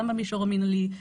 גם במישור המינהלי,